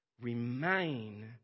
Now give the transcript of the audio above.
Remain